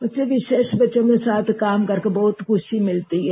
मुझे विशेष बच्चों के साथ काम करके बहुत खुशी मिलती है